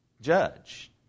judge